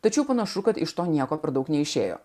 tačiau panašu kad iš to nieko per daug neišėjo